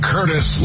Curtis